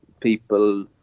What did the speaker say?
people